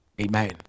Amen